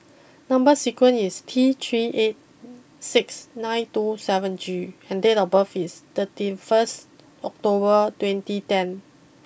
number sequence is T three eight six nine two seven G and date of birth is thirty first October twenty ten